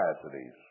capacities